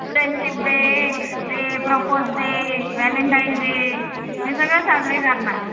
friendship day ते propose day Valentine day हे सगळं साजरे करणार